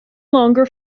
longer